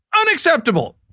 Unacceptable